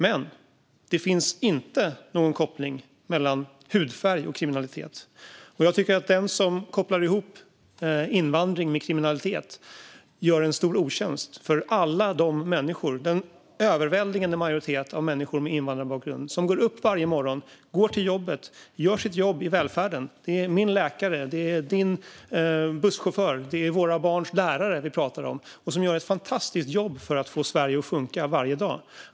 Men det finns inte någon koppling mellan hudfärg och kriminalitet. Jag tycker att den som kopplar ihop invandring med kriminalitet gör en stor otjänst för den överväldigande majoritet av människor med invandrarbakgrund som går upp varje morgon för att gå till jobbet och som gör sitt jobb i välfärden. Det är min läkare, din busschaufför och våra barns lärare vi pratar om och som gör ett fantastiskt jobb för att få Sverige att funka varje dag.